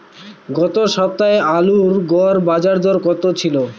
গত সপ্তাহে আলুর গড় বাজারদর কত ছিল?